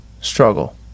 struggle